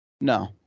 No